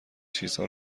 چیزها